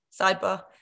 sidebar